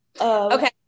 Okay